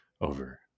over